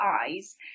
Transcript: eyes